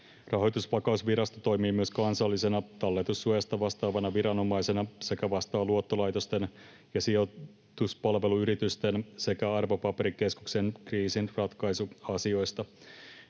Rahoitusvakausvirasto toimii myös kansallisena talletussuojasta vastaavana viranomaisena sekä vastaa luottolaitosten ja sijoituspalveluyritysten sekä arvopaperikeskuksen kriisinratkaisuasioista.